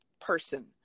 person